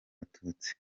abatutsi